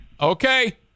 Okay